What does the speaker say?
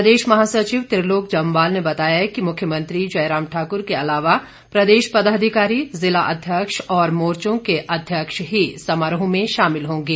प्रदेश महासचिव त्रिलोक जम्वाल ने बताया कि मुख्यमंत्री जयराम ठाक्र के अलावा प्रदेश पदाधिकारी जिला अध्यक्ष और मोर्चों के अध्यक्ष ही समारोह में शामिल होंगे